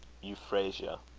euphrasia.